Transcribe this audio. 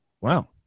Wow